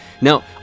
Now